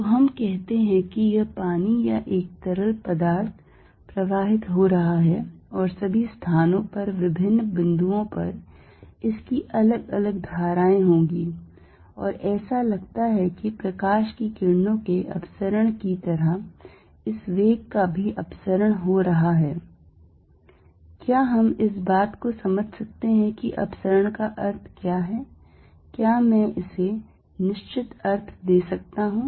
तो हम कहते हैं कि यह पानी या एक तरल पदार्थ प्रवाहित हो रहा है और सभी स्थानों पर विभिन्न बिंदुओं पर इसकी अलग अलग धाराएं होंगी और ऐसा लगता है कि प्रकाश की किरणों के अपसरण की तरह इस वेग का भी अपसरण हो रहा है क्या हम इस बात को समझ सकते हैं कि अपसरण का अर्थ क्या है क्या मैं इसे निश्चित अर्थ दे सकता हूं